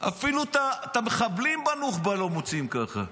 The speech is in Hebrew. אפילו את המחבלים בנוח'בה לא מוציאים ככה.